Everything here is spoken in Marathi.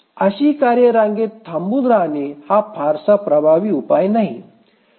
अशी काही कार्ये रांगेत थांबून राहणे हा फारसा प्रभावी उपाय नाही